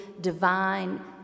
divine